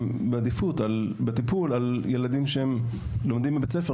הם בעדיפות לטיפול על ילדים שנמצאים בבית ספר,